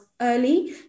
early